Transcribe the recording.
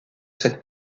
cette